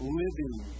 living